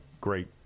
great